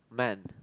man